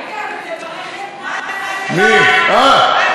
רגע, אבל תברך את מייקל, אה.